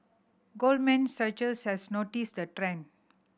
Goldman Sachs has noticed the trend